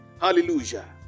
Hallelujah